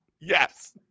yes